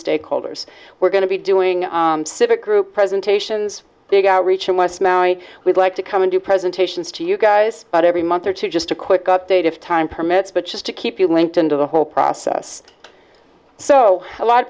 stakeholders we're going to be doing civic group presentations big outreach unless we'd like to come and do presentations to you guys but every month or two just a quick update if time permits but just to keep you linked into the whole process so a lot of